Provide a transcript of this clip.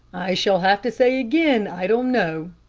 i shall have to say again, i don't know,